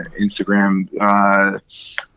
instagram